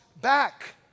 back